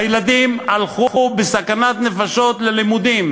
הילדים הלכו בסכנת נפשות ללימודים,